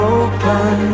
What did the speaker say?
open